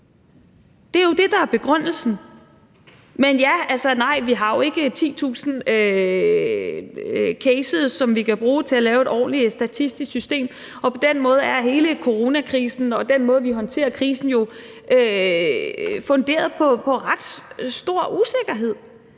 Det er jo det, der er begrundelsen. Men nej, vi har jo ikke 10.000 cases, som vi kan bruge til at lave et ordentligt statistisk system, og på den måde er hele coronakrisen og den måde, vi håndterer krisen, jo funderet på ret stor usikkerhed.